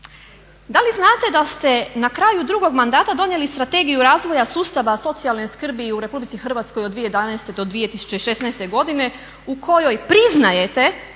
Da li znate da ste na kraju drugog mandata donijeli Strategiju razvoja sustava socijalne skrbi u Republici Hrvatskoj od 2011. do 2016. godine u kojoj priznajete